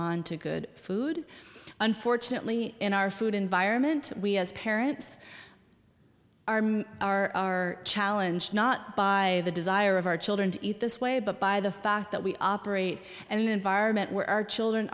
on to good food unfortunately in our food environment we as parents are our challenge not by the desire of our children to eat this way but by the fact that we operate an environment where our children